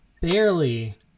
Barely